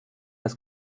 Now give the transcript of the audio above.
das